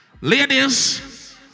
Ladies